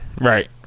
Right